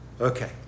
Okay